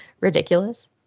Ridiculous